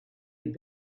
had